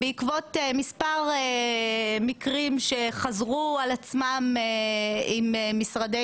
בעקבות מספר מקרים שחזרו על עצמם עם משרדי